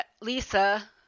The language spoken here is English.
Lisa